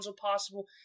possible